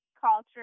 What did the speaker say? culture